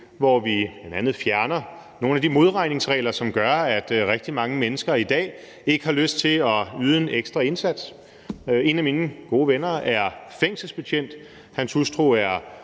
hvor vi bl.a. fjerner nogle af de modregningsregler, som gør, at rigtig mange mennesker i dag ikke har lyst til at yde en ekstra indsats. En af mine gode venner er fængselsbetjent, hans hustru er